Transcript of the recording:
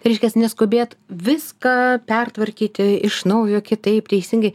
reiškias neskubėt viską pertvarkyti iš naujo kitaip teisingai